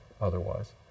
otherwise